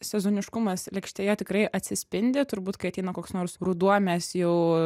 sezoniškumas lėkštėje tikrai atsispindi turbūt kai ateina koks nors ruduo mes jau